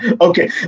Okay